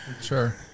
Sure